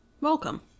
Welcome